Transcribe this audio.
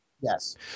Yes